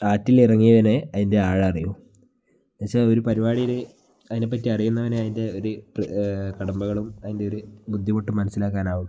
ആറ്റിലിറങ്ങിയവനെ അതിൻ്റെ ആഴമറിയൂ എന്നുവെച്ചാൽ ഒരു പരിപാടിയിൽ അതിനെപ്പറ്റി അറിയുന്നവന് അയിൻ്റെ ഒരു കടമ്പകളും അതിൻ്റെ ഒരു ബുദ്ധിമുട്ടും മനസ്സിലാക്കാനാവു